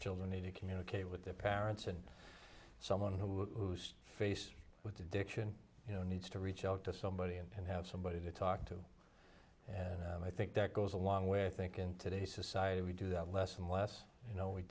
children need to communicate with their parents and someone who face with addiction you know needs to reach out to somebody and have somebody to talk to and i think that goes a long way i think in today's society we do that less and less you know we